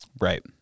Right